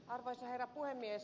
arvoisa herra puhemies